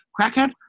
crackhead